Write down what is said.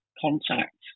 contact